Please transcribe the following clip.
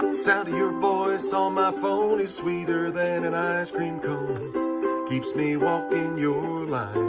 the sound of your voice on my phone is sweeter than an ice cream cone keeps me walking your line